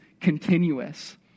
continuous